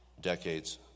decades